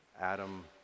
Adam